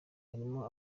harimwo